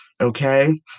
Okay